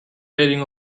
rating